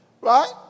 right